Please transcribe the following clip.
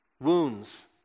wounds